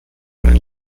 early